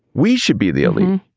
we should be the elite.